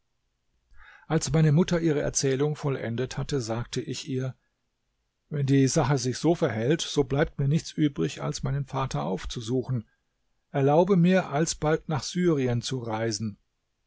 als meine mutter ihre erzählung vollendet hatte sagte ich ihr wenn die sache sich so verhält so bleibt mir nichts übrig als meinen vater aufzusuchen erlaube mir alsbald nach syrien zu reisen